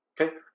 Okay